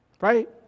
right